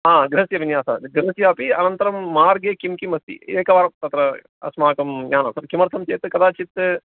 हा गृहस्य विन्यासः गृहस्यापि अनन्तरं मार्गे किं किम् अस्ति एकवारं तत्र अस्माकं ज्ञानं किमर्थं चेत् कदाचित्